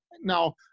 Now